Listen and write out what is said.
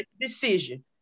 decision